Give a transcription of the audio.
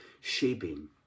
shaping